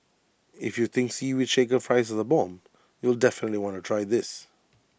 if you think Seaweed Shaker fries are the bomb you'll definitely want to try this